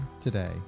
today